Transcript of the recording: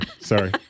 sorry